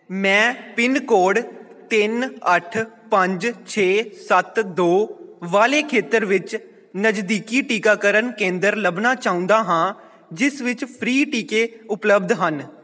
ਮੈਂ pin code ਤਿੰਨ ਅੱਠ ਪੰਜ ਛੇ ਸੱਤ ਦੋ ਵਾਲੇ ਖੇਤਰ ਵਿੱਚ ਨਜ਼ਦੀਕੀ ਟੀਕਾਕਰਨ ਕੇਂਦਰ ਲੱਭਣਾ ਚਾਹੁੰਦਾ ਹਾਂ ਜਿਸ ਵਿੱਚ ਫ੍ਰੀ ਟੀਕੇ ਉਪਲੱਬਧ ਹਨ